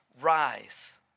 rise